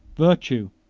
virtue,